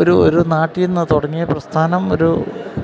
ഒരു ഒരു നാട്ടില് നിന്ന് തുടങ്ങിയ പ്രസ്ഥാനം ഒരു